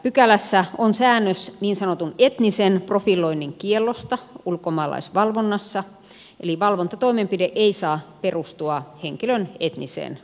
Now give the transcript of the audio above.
pykälässä on säännös niin sanotun etnisen profiloinnin kiellosta ulkomaalaisvalvonnassa eli valvontatoimenpide ei saa perustua henkilön etniseen alkuperään